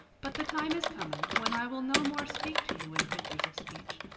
but the time is coming when i will no more speak to you in figures of speech,